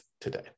today